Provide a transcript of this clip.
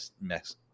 mess